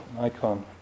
icon